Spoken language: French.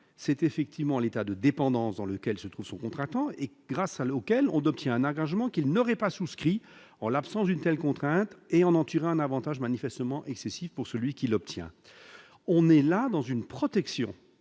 c'est effectivement l'état de dépendance dans lequel se trouve son contractant et grâce à l'auquel on obtient un engagement qu'il n'aurait pas souscrit en l'absence d'une telle contrainte et on en tire un Avantage manifestement excessif pour celui qui l'obtient, on est là dans une protection